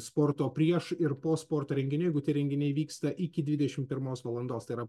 sporto prieš ir po sporto renginiai jeigu tie renginiai vyksta iki dvidešimt pirmos valandos tai yra